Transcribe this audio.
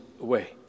away